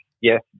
yes